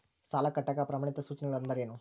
ಸಾಲ ಕಟ್ಟಾಕ ಪ್ರಮಾಣಿತ ಸೂಚನೆಗಳು ಅಂದರೇನು?